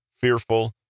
fearful